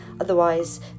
Otherwise